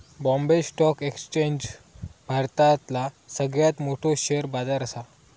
Bombay stock exchange भारतातला सगळ्यात मोठो शेअर बाजार असा